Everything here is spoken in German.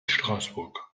straßburg